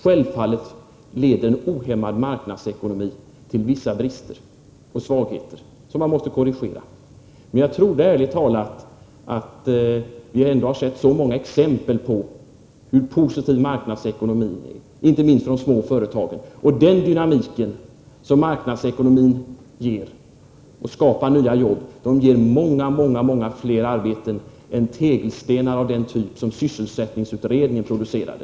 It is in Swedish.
Självfallet leder en ohämmad marknadsekonomi till vissa brister och svagheter som man måste korrigera. Men jag trodde ärligt talat att vi ändå har sett så många exempel på hur positiv marknadsekonomin är — inte minst för de små företagen. Den dynamik som marknadsekonomin ger skapar många flera arbetstillfällen än tegelstenar av den typ som sysselsättningsutredningen producerade.